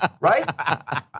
right